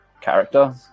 character